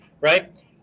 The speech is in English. right